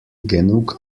genug